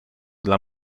dla